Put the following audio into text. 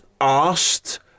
asked